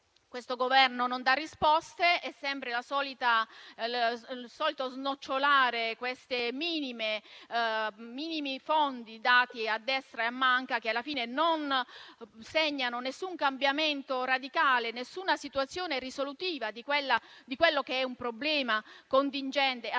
Il Governo non dà risposte e vi è sempre il solito snocciolare i minimi fondi dati a destra e a manca, che alla fine non segnano alcun cambiamento radicale, alcuna situazione risolutiva di un problema contingente